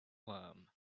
worm